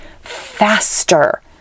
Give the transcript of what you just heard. faster